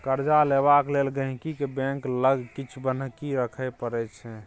कर्जा लेबाक लेल गांहिकी केँ बैंक लग किछ बन्हकी राखय परै छै